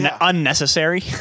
unnecessary